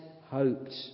hoped